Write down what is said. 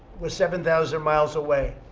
we're seven thousand miles away.